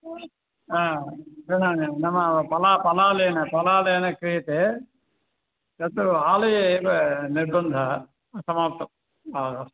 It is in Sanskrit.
तदानीं नाम पला पालालेन पालालेन क्रियते तत् आलये एव निर्बन्धः समाप्तं अस्तु